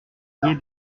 dié